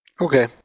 Okay